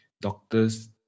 doctors